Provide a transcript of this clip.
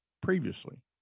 previously